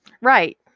right